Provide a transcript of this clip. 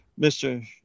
mr